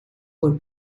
por